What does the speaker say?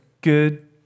good